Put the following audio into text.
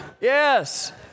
Yes